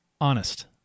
honest